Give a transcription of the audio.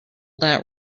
that